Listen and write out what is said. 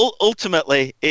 ultimately